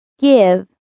Give